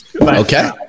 Okay